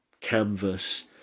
Canvas